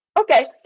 Okay